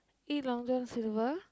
eat Long-John-Silver